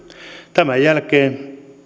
tämän jälkeen